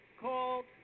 called